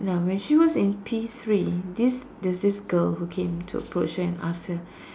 now when she was in P three this there's this girl who came to approach her and ask her